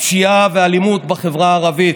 הפשיעה והאלימות בחברה הערבית,